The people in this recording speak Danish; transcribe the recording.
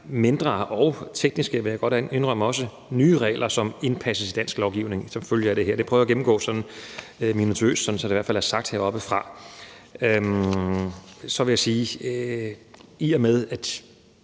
mindre og tekniske, vil jeg også godt indrømme, nye regler, som indpasses i dansk lovgivning som følge af det her. Det prøver jeg at gennemgå minutiøst, sådan at det i hvert fald er sagt heroppefra. Så vil jeg sige, at i og med at